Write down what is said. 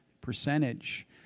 percentage